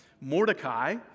Mordecai